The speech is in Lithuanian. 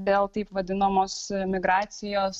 dėl taip vadinamos migracijos